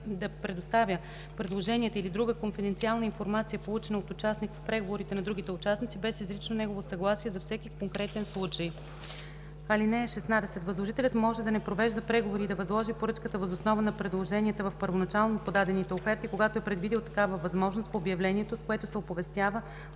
да предоставя предложенията или друга конфиденциална информация, получена от участник в преговорите, на другите участници без изрично негово съгласие за всеки конкретен случай. (16) Възложителят може да не провежда преговори и да възложи поръчката въз основа на предложенията в първоначално подадените оферти, когато е предвидил такава възможност в обявлението, с което се оповестява